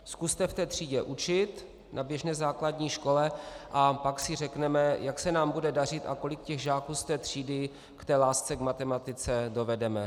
Zkuste v té třídě učit na běžné základní škole a pak si řekneme, jak se nám bude dařit a kolik těch žáků z té třídy k lásce k matematice dovedeme.